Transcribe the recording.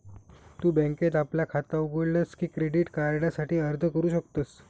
तु बँकेत आपला खाता उघडलस की क्रेडिट कार्डासाठी अर्ज करू शकतस